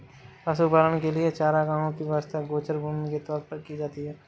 पशुपालन के लिए चारागाहों की व्यवस्था गोचर भूमि के तौर पर की जाती है